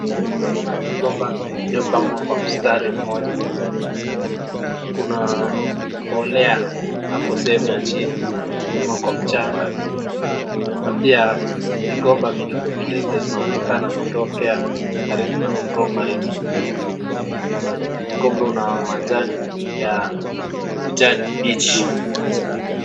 Tunaona migomba iliyopangwa kwa mstari mmoja. Kuna mbolea hapo sehemu ya chini ama kwa mchanga na pia migomba midogo midogo zinaonekana kutokea karibu na mgomba hizo. Migomba una majani ya kijani kibichi.